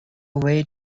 way